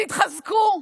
תתחזקו,